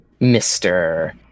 Mr